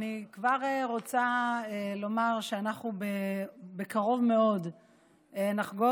אני כבר רוצה לומר שאנחנו בקרוב מאוד נחגוג